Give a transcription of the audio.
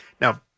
Now